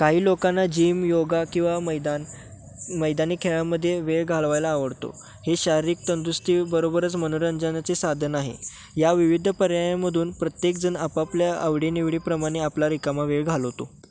काही लोकांना gym yoga किंवा मैदान मैदानी खेळामध्ये वेळ घालवायला आवडतो हे शारीरिक तंदुरुस्ती बरोबरच मनोरंजनाचे साधन आहे या विविध पर्यायामधून प्रत्येकजण आपापल्या आवडीनिवडी प्रमाणे आपला रिकामा वेळ घालवतो